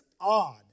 odd